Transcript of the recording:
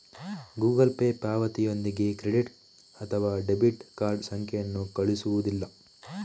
Google Pay ಪಾವತಿಯೊಂದಿಗೆ credit ಅಥವಾ debit card ಸಂಖ್ಯೆಯನ್ನು ಕಳುಹಿಸುವುದಿಲ್ಲ